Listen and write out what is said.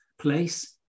place